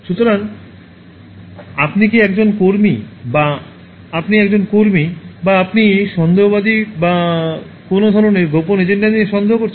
সুতরাং আপনি কি একজন কর্মী বা আপনি একজন কর্মী বা আপনি সন্দেহবাদী বা কোনও ধরণের গোপন এজেন্ডা নিয়ে সন্দেহ করছেন